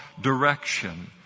direction